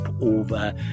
over